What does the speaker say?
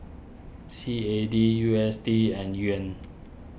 C A D U S D and Yuan